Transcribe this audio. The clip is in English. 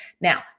Now